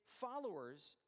followers